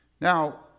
Now